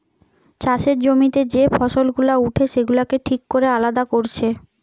চাষের জমিতে যে ফসল গুলা উঠে সেগুলাকে ঠিক কোরে আলাদা কোরছে